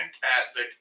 fantastic